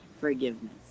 forgiveness